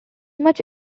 much